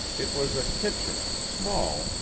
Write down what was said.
it was a kitchen, small,